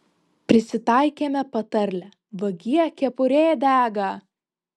prisitaikėme patarlę vagie kepurė dega